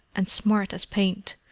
and smart as paint,